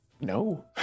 No